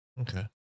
Okay